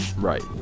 Right